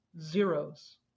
zeros